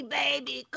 baby